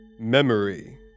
Memory